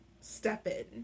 step-in